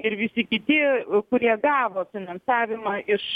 ir visi kiti kurie gavo finansavimą iš